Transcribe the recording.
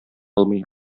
алмый